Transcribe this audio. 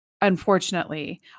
unfortunately